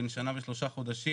בן שנה ו-3 חודשים,